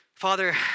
Father